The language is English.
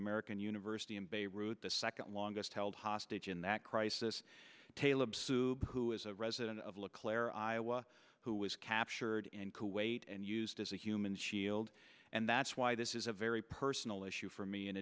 american university in beirut the second longest held hostage in that crisis taylor sube who is a resident of le claire iowa who was captured in kuwait and used as a human shield and that's why this is a very personal issue for me in